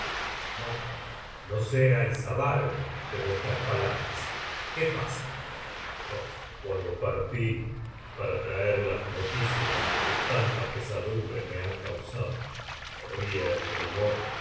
macd no seáis avaro de vuestras palabras qué pasa ross cuando partí para traer las noticias que tanta pesadumbre me han causado corría el rumor